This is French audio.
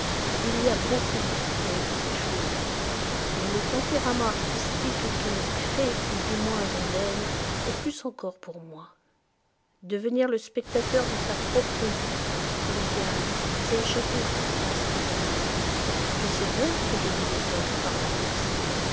il y a beaucoup à tirer de ces choses mais le tempérament artistique qu'elles créent ou du moins révèlent est plus encore pour moi devenir le spectateur de sa propre vie comme dit harry c'est échapper aux souffrances terrestres je sais bien que je vous étonne en parlant ainsi